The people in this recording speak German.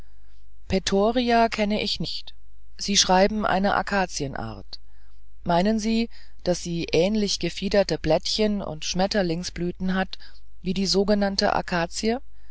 pettoria kenne ich nicht sie schreiben eine akazienart meinen sie daß sie ähnlich gefiederte blättchen und schmetterlingsblüten hat wie die sogenannte